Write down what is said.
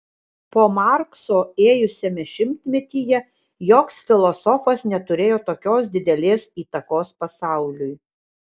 po markso ėjusiame šimtmetyje joks filosofas neturėjo tokios didelės įtakos pasauliui